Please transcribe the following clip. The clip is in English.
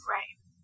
Right